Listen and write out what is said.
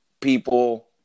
people